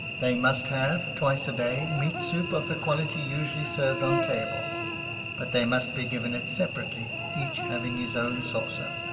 they must have, twice a day, meat soup of the quality usually served on table but they must be given it separately, each having his own saucer.